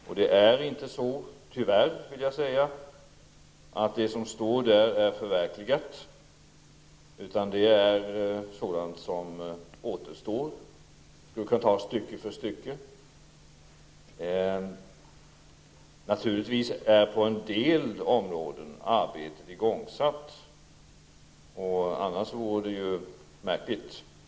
Tyvärr är inte det som står i regeringsförklaringen förverkligat, utan det finns sådant som återstår. Naturligtvis är arbetet på en del områden igångsatt -- annars vore det ju märkligt.